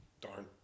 Darn